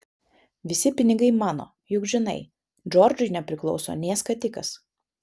visi pinigai mano juk žinai džordžui nepriklauso nė skatikas